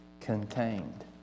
contained